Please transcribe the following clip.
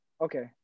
Okay